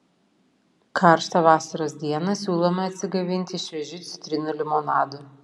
karštą vasaros dieną siūlome atsigaivinti šviežiu citrinų limonadu